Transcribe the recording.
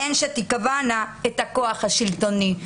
הן שתקבענה את הכוח השלטוני".